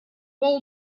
all